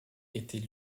était